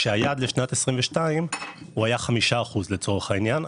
כשהיעד לשנת 2022, היה 5% לצורך העניין.